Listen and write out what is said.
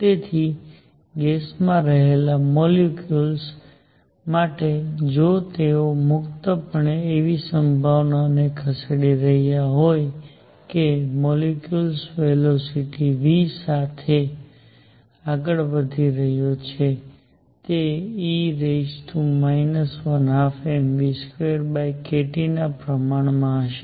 તેથી ગેસમાં રહેલા મોલીક્યુલ્સ માટે જો તેઓ મુક્તપણે એવી સંભાવનાને ખસેડી રહ્યા હોય કે મોલીક્યુલ્સ વેલોસીટી v સાથે આગળ વધી રહ્યો છે તે e 12mv2kT ના પ્રમાણમાં હશે